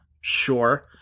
Sure